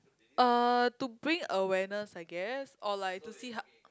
uh to bring awareness I guess or like to see how